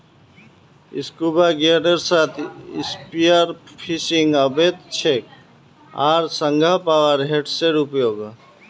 scuba गियरेर साथ spearfishing अवैध छेक आर संगह पावर हेड्सेर उपयोगो